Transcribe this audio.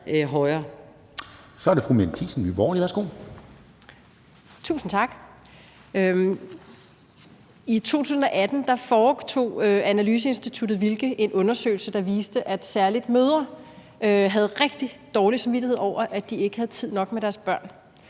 Kl. 10:37 Mette Thiesen (NB): Tusind tak. I 2018 foretog analyseinstituttet Wilke en undersøgelse, der viste, at særlig mødre havde rigtig dårlig samvittighed over, at de ikke havde tid nok med deres børn.